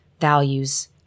values